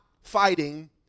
fighting